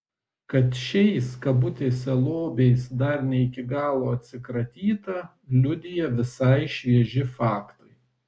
kad šiais lobiais dar ne iki galo atsikratyta liudija visai švieži faktai